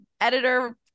editor